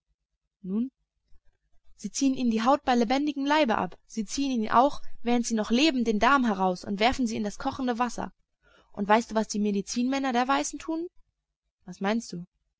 nun sie ziehen ihnen die haut bei lebendigem leibe ab sie ziehen ihnen auch während sie noch leben den darm heraus und werfen sie in das kochende wasser und weißt du was die medizinmänner der weißen tun was meinst du